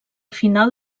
final